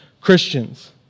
Christians